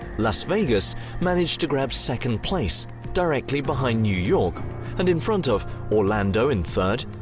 las vegas managed to grab second place directly behind new york and in front of orlando in third,